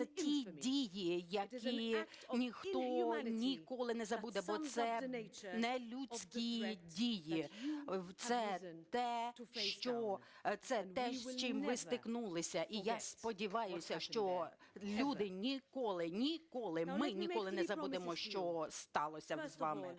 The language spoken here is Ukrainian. це ті дії, які ніхто ніколи не забуде, бо це нелюдські дії. Це те, з чим ви стикнулися, і я сподіваюся, що люди ніколи, ніколи, ми ніколи не забудемо, що сталося з вами.